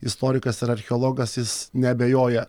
istorikas ar archeologas jis neabejoja